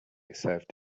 served